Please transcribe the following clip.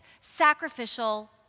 sacrificial